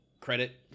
credit